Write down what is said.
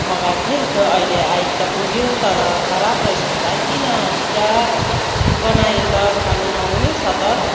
मगाएको थिएँ खोइ अहिले आइ त पुग्यो तर खराब रहेछ त भाइ किन पुरा गनायो त खानु नहुने छ त